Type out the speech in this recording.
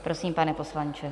Prosím, pane poslanče.